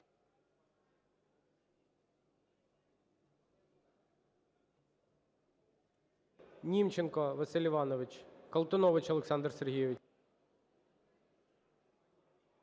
Німченко Василь Іванович. Колтунович Олександр Сергійович.